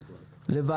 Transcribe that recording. כולם.